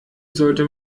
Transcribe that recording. sollte